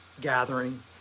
gathering